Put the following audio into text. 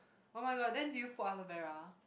oh-my-god then did you put aloe vera